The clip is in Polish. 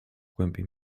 głębi